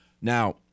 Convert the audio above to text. Now